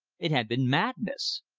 it had been madness.